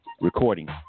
Recording